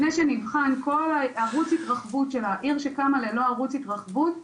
לפני שנבחן כל ערוץ התרחבות של העיר שקמה ללא ערוץ התרחבות,